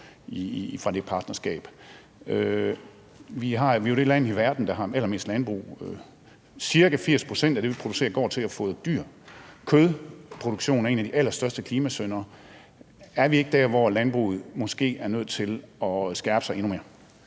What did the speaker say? fra det partnerskab, er nok. Vi er jo det land i verden, der har allermest landbrug, og ca. 80 pct. af det, vi producerer, går til at fodre dyr. Kødproduktionen er en af de allerstørste klimasyndere. Er vi ikke der, hvor landbruget måske er nødt til at skærpe sig endnu mere?